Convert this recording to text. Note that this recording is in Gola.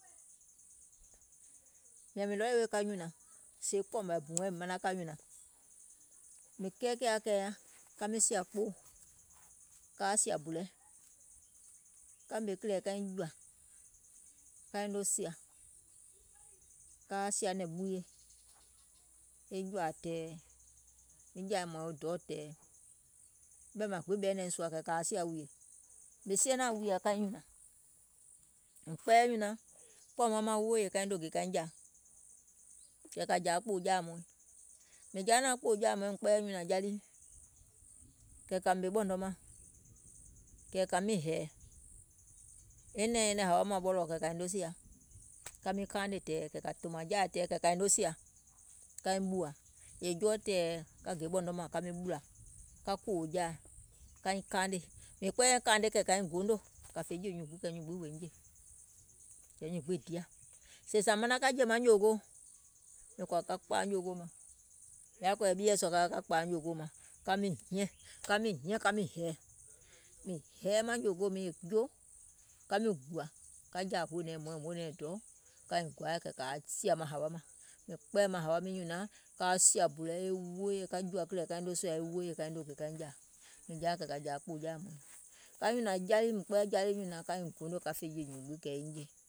Sèè mìŋ ready wèè ka nyùnȧŋ, mìŋ kɛɛkɛ̀ɛ̀ aŋ kɛ̀ì nyaŋ ka miŋ sìȧ kpoò kaa sìȧ bù lɛ, ka ɓèmè kìlɛ̀ɛ kaiŋ jùȧ kaiŋ noo sìȧ, kaa sìȧ nɛ̀ŋ ɓuuyè, e jɔ̀ȧȧ tɛ̀ɛ̀, e jɛ̀ì hmɔ̀ɔ̀iŋ e dɔɔ̀ tɛ̀ɛ̀, ɓɛ̀ maŋ gbiŋ ɓɛɛnɛ̀ŋ sùȧ kɛ̀ kȧa sìȧ wùìyè, mìŋ sioo naȧŋ wùìyèɛ ka nyùnȧŋ, mìŋ kpɛɛyɛ̀ nyùnȧŋ kpɔ̀ɔ̀ maŋ wooyè kaiŋ noo gè kaiŋ jȧȧ, kɛ̀ kȧ jȧȧ kpòò jaȧ hmɔ̀ɔ̀iŋ, mìŋ jaa naȧŋ kpòò jaȧ hmɔ̀ɔ̀iŋ mìŋ kpɛɛyɛ̀ nyùnȧŋ ja lii, kɛ̀ kȧ ɓèmè ɓɔ̀nɔ mȧŋ kɛ̀ kȧ miŋ hɛ̀ɛ̀, e nɛ̀ɛŋ nyɛnɛŋ hȧwa mȧŋ ɓɔlɔ̀ɔ̀ kɛ̀ kȧiŋ noo sìȧ, ka miŋ kaanè tɛ̀ɛ̀ kɛ̀ kȧ tòmȧŋ jaȧ tɛɛ kɛ̀ kȧiŋ noo sìȧ, è jɔɔ tɛ̀ɛ̀ ka gè ɓɔ̀nɔ mȧŋ ka miŋ ɓùlȧ, ka kòwò jaȧ kaiŋ kaanè, mìŋ kpɛɛyɛ̀ kȧȧne kɛ̀ kȧiŋ goonò, kȧ fè jè nyùùŋ gbiŋ kɛ̀ nyùùŋ gbiŋ wòiŋ jè, kɛ̀ nyùùŋ gbiŋ diȧ, sèè zȧ manaŋ ka jè maŋ nyòògoò, mìŋ kɔ̀ȧ ka kpȧȧ nyòògoò maŋ, mìŋ yaȧ kɔ̀ɔyɛ̀ ɓieɛ̀ sùȧ ka ka ka kpàà nyòògoò maŋ, ka miŋ hiȧŋ, ka miŋ hiȧŋ ka miŋ hɛ̀ɛ̀, mìŋ hɛɛ maŋ nyòògoò miiŋ è juo, ka miŋ gùȧ, ka jȧȧ hoònɛ̀ɛŋ hmɔ̀ɔ̀iŋ, hoònɛ̀ɛŋ dɔɔ̀, kaiŋ gɔaì kɛ̀ kȧa sìȧ maŋ hȧwa mȧŋ, mìŋ kpɛɛyɛ̀ maŋ hȧwa miiŋ nyùnȧŋ kaa sìȧ bù lɛ e wooyè kȧ jùȧ kìlɛ̀ɛ kaiŋ noo sìȧ e wooyè kaiŋ noo gè kaiŋ jȧȧ, mìŋ jȧaìŋ kɛ̀ kȧ jȧȧ kpòò jaȧ hmɔ̀ɔ̀iŋ, ka nyùnȧŋ ja lii, mìŋ kpɛɛyɛ̀ nyùnȧ,ŋ kaiŋ goonò ka fè je nyùùŋ gbiŋ ɓèmè jouŋ nɛ̀,